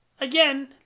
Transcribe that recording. Again